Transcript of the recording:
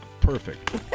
perfect